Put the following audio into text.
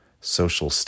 social